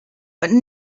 but